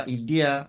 India